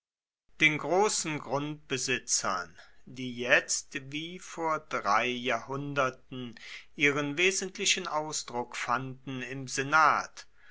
den großen grundbesitzern die jetzt wie vor drei jahrhunderten ihren wesentlichen ausdruck fanden im senat